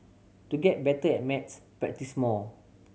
to get better at maths practise more